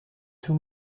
too